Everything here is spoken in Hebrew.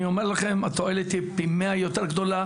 אני אומר לכם התועלת היא פי מאה יותר גדול,